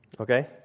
okay